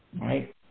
right